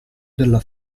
della